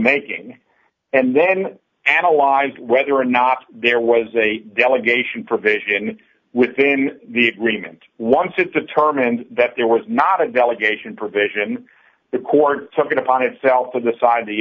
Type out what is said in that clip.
making and then analyze whether or not there was a delegation provision within the agreement once it determined that there was not a delegation provision the court took it upon itself to decide